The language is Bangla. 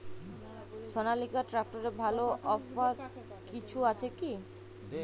সনালিকা ট্রাক্টরে ভালো অফার কিছু আছে কি?